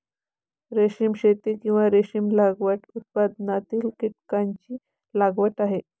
रेशीम शेती, किंवा रेशीम लागवड, रेशीम उत्पादनातील कीटकांची लागवड आहे